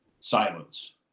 silence